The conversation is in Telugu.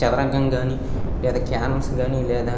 చదరంగం కానీ లేదా క్యారమ్స్ కానీ లేదా